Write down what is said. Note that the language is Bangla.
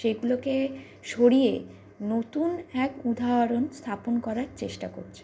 সেগুলোকে সরিয়ে নতুন এক উদাহরণ স্থাপন করার চেষ্টা করছে